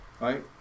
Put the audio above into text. Right